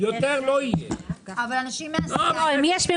אבל אני אומר שיש דברים שהם חשובים